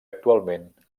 actualment